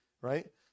right